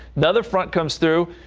another front comes through.